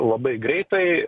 labai greitai